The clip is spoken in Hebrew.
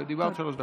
דיברת שלוש דקות.